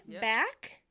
back